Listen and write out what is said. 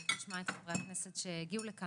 שכעת נשמע את חברי הכנסת שהגיעו לכאן,